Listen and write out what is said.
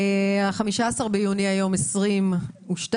15 ביוני 2022,